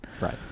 Right